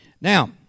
Now